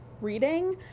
reading